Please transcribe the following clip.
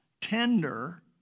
tender